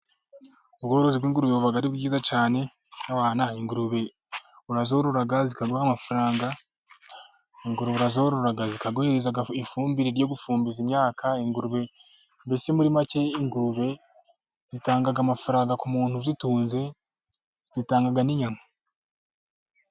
Ubworozi bw'ingurube buba ari bwiza cyane, ewana ingurube urazorora zikaguha amafaranga, ingurube urazorora zikaguhereza ifumbire ryo gufumbiza imyaka, ingurube mbese muri make ingurube zitanga amafaranga ku muntu uzitunze, zitanga n'inyama.